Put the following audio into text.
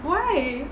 why